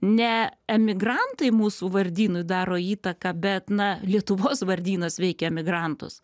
ne emigrantai mūsų vardynui daro įtaką bet na lietuvos vardynas veikia emigrantus